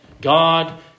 God